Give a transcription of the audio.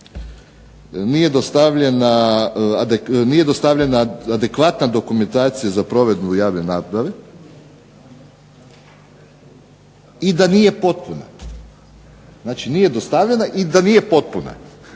nije dostavljena adekvatna dokumentacija za provedbu javne nabave i da nije potpuna. Znači, nije dostavljena i da nije potpuna.